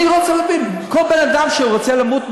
אני רוצה להבין: כל בן-אדם שרוצה למות,